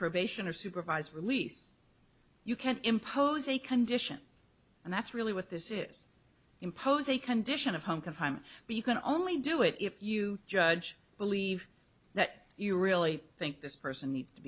probation or supervised release you can't impose a condition and that's really what this is impose a condition of hunk of time but you can only do it if you judge believe that you really think this person needs to